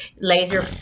laser